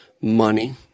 Money